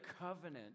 covenant